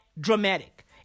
dramatic